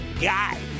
guy